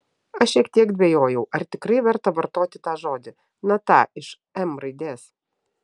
aš šiek tiek dvejojau ar tikrai verta vartoti tą žodį na tą iš m raidės